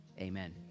Amen